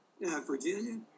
Virginia